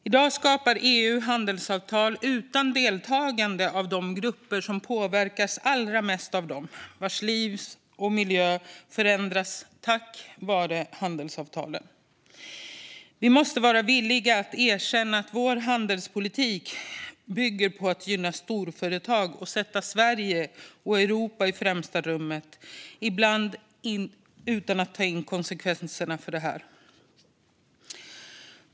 I dag skapar EU handelsavtal utan deltagande av de grupper som påverkas allra mest av dem, vilkas liv och miljö förändras på grund av handelsavtalen. Vi måste vara villiga att erkänna att vår handelspolitik bygger på att gynna storföretag och att sätta Sverige och Europa i främsta rummet, och ibland utan att ta in konsekvenserna av det.